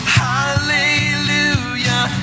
hallelujah